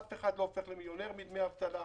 אף אחד לא הופך למיליונר מדמי אבטלה.